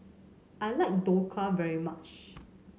I like Dhokla very much